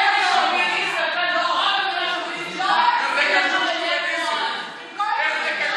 אל תזלזל, לא כדאי לך, איזה שוביניזם, איך זה קשור